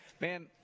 Man